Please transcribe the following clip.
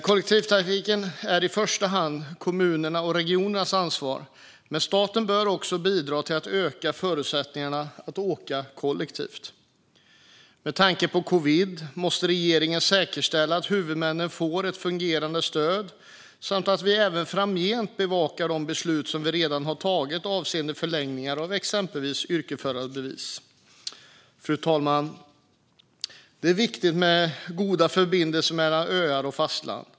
Kollektivtrafiken är i första hand kommunernas och regionernas ansvar, men staten bör också bidra till att öka förutsättningarna att åka kollektivt. Med tanke på covid måste regeringen säkerställa att huvudmännen får ett fungerande stöd samt att vi även framgent bevakar de beslut som vi redan har tagit avseende exempelvis förlängning av yrkesförarbevis. Fru talman! Det är viktigt med goda förbindelser mellan öar och fastland.